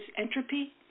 entropy